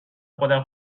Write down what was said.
خودم